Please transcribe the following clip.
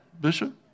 Bishop